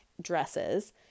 dresses